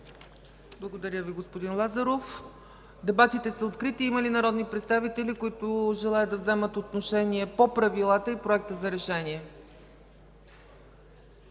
Благодаря Ви, господин Лазаров. Дебатите са открити. Има ли народни представители, които желаят да вземат отношение по Правилата и Проекта за решение?